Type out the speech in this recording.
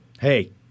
Hey